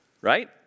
right